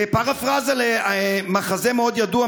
בפרפרזה למחזה מאוד ידוע,